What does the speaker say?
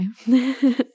Okay